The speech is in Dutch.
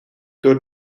door